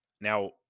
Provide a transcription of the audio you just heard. Now